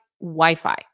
Wi-Fi